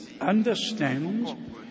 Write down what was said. understand